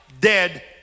dead